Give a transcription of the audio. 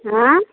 अँए